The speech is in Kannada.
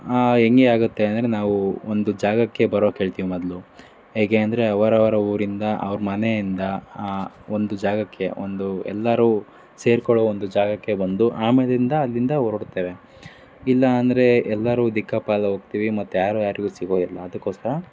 ಹೆಂಗೆ ಆಗುತ್ತೆ ಅಂದರೆ ನಾವು ಒಂದು ಜಾಗಕ್ಕೆ ಬರೋಕ್ಕೆ ಹೇಳ್ತೀವಿ ಮೊದಲು ಹೇಗೆ ಅಂದರೆ ಅವರವರ ಊರಿಂದ ಅವ್ರು ಮನೆಯಿಂದ ಆ ಒಂದು ಜಾಗಕ್ಕೆ ಒಂದು ಎಲ್ಲರೂ ಸೇರ್ಕೊಳ್ಳೋ ಒಂದು ಜಾಗಕ್ಕೆ ಬಂದು ಆಮೇಲಿಂದ ಅಲ್ಲಿಂದ ಹೊರಡ್ತೇವೆ ಇಲ್ಲ ಅಂದರೆ ಎಲ್ಲರೂ ದಿಕ್ಕಾಪಾಲು ಹೋಗ್ತೀವಿ ಮತ್ತು ಯಾರೂ ಯಾರಿಗೂ ಸಿಗೋದಿಲ್ಲ ಅದಕ್ಕೋಸ್ಕರ